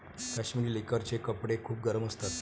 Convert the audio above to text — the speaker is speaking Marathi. काश्मिरी लोकरचे कपडे खूप गरम असतात